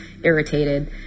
irritated